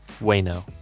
Wayno